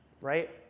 right